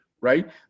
right